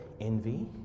envy